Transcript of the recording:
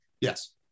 Yes